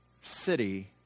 city